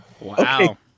wow